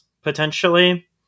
potentially